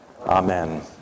Amen